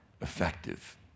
effective